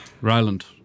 Ryland